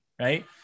right